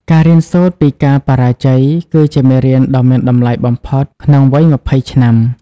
ការរៀនសូត្រពីការបរាជ័យ គឺជាមេរៀនដ៏មានតម្លៃបំផុតក្នុងវ័យ ២០ ឆ្នាំ។